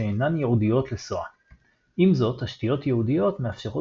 שאינן ייעודיות ל SOA. עם זאת תשתיות ייעודיות מאפשרות